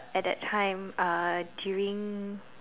at that time uh during